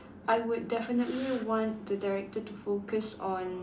I would definitely want the director to focus on